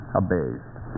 abased